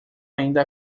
ainda